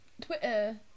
twitter